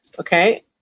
okay